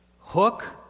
Hook